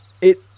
It-